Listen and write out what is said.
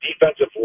defensive